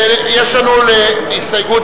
יש לנו להסתייגות